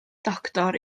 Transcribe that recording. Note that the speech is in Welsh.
doctor